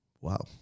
Wow